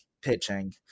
pitching